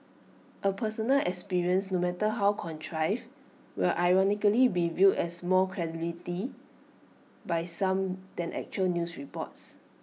A personal experience no matter how contrived will ironically be viewed as more credibility by some than actual news reports